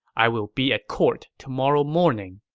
i will be at court tomorrow morning.